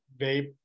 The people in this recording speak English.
vape